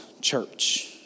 church